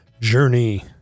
journey